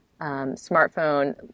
smartphone